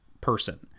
person